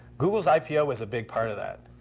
google's ipo was a big part of that.